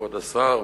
כבוד השר,